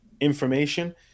information